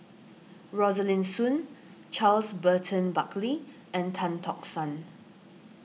Rosaline Soon Charles Burton Buckley and Tan Tock San